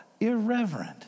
irreverent